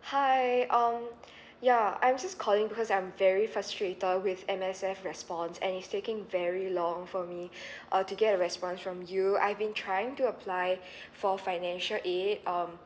hi um yeah I'm just calling because I'm very frustrated with M_S_F response and it's taking very long for me uh to get a response from you I've been trying to apply for financial aid um